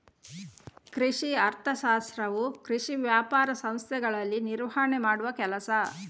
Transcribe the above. ಕೃಷಿ ಅರ್ಥಶಾಸ್ತ್ರವು ಕೃಷಿ ವ್ಯಾಪಾರ ಸಂಸ್ಥೆಗಳಲ್ಲಿ ನಿರ್ವಹಣೆ ಮಾಡುವ ಕೆಲಸ